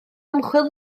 ymchwil